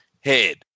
head